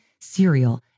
cereal